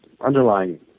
underlying